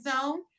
zone